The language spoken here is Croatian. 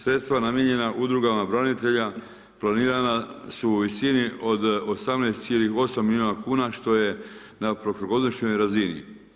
Sredstva namijenjena udrugama branitelja planirana su u visini od 18,8 milijuna kuna što je na prošlogodišnjoj razini.